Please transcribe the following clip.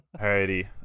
Alrighty